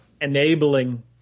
enabling